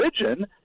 religion